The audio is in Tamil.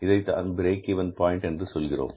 இதைத்தான் பிரேக் இவென் பாயின்ட் என்று சொல்கிறோம்